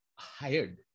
hired